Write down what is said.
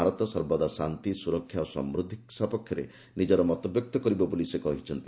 ଭାରତ ସର୍ବଦା ଶାନ୍ତି ସୁରକ୍ଷା ଓ ସମୃଦ୍ଧି ସପକ୍ଷରେ ନିକର ମତବ୍ୟକ୍ତ କରିବ ବୋଲି ସେ କହିଛନ୍ତି